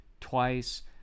twice